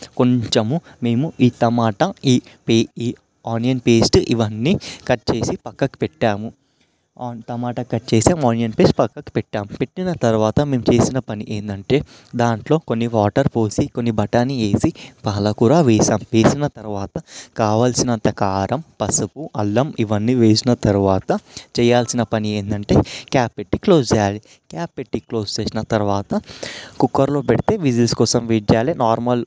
కొంచెం మేము ఈ టమాట ఈ పి ఈ ఆనియన్ పేస్ట్ ఇవన్నీ కట్ చేసి పక్కకు పెట్టాము టమాటా కట్ చేసి ఆనియన్ పేస్ట్ పక్కకు పెట్టాము పెట్టిన తరువాత మేము చేసిన పని ఏంటంటే దాంట్లో కొన్ని వాటర్ పోసి కొన్ని బఠానీ వేసి పాలకూర వేసాము వేసిన తరువాత కావాల్సినంత కారం పసుపు అల్లం ఇవన్నీ వేసిన తరువాత చేయాల్సిన పని ఏంటంటే క్యాప్ పెట్టి క్లోజ్ చేయాలి క్యాప్ పెట్టి క్లోజ్ చేసిన తరువాత కుక్కర్లో పెడితే విజిల్స్ కోసం వెయిట్ చేయాలి నార్మల్ బగోనిలో